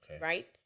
right